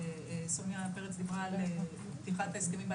סוניה פרץ דיברה על פתיחת ההסכמים,